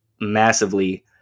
massively